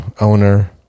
owner